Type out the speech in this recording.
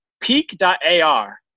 Peak.ar